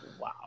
Wow